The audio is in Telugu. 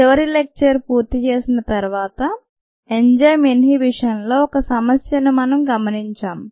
చివరి లెక్చర్ పూర్తి చేసిన తర్వాత ఎంజైమ్ ఇన్హిబిషన్లో ఒక సమస్యను మనం గమనించాము